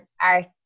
arts